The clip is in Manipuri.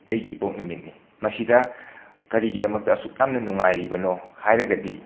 ꯑꯩꯒꯤ ꯏꯄꯣꯛ ꯅꯨꯃꯤꯠꯅꯤ ꯃꯁꯤꯗ ꯀꯔꯤꯒꯤꯗꯃꯛꯇ ꯑꯁꯨꯛꯌꯥꯝꯅ ꯅꯨꯡꯉꯥꯏꯔꯤꯕꯅꯣ ꯍꯥꯏꯔꯒꯗꯤ